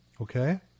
Okay